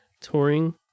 touring